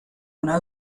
una